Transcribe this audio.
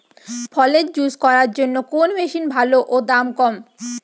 ফলের জুস করার জন্য কোন মেশিন ভালো ও দাম কম?